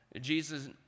Jesus